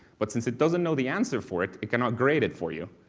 but since it doesn't know the answer for it, it cannot grade it for you,